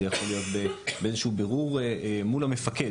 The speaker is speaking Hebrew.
זה יכול להיות באיזשהו בירור מול המפקד,